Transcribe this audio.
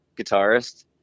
guitarist